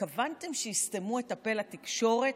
התכוונתם שיסתמו את הפה לתקשורת,